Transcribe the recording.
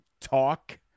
Talk